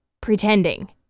pretending